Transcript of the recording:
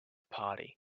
party